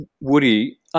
Woody